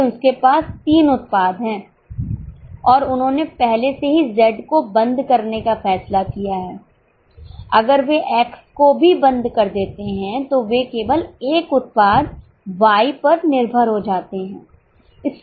अभी उनके पास तीन उत्पाद हैं और उन्होंने पहले से ही Z को बंद करने का फैसला किया है अगर वे X को भी बंद कर देते हैं तो वे केवल एक उत्पाद Y पर निर्भर हो जाते हैं